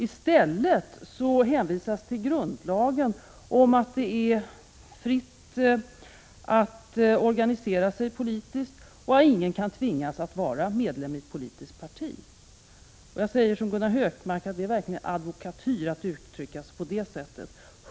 I stället hänvisas till att grundlagen anger att det är fritt att organisera sig politiskt och att ingen kan tvingas att vara medlem i ett politiskt parti. Jag säger som Gunnar Hökmark, att det verkligen är advokatyr att uttrycka sig på det sättet.